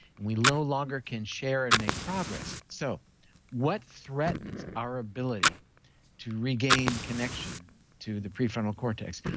and we no longer can share and make progress so what threatens our ability to regain connection to the prefrontal cortex?